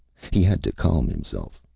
he had to calm himself.